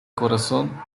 corazón